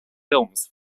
films